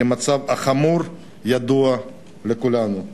כי המצב החמור ידוע לכולנו.